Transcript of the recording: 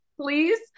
please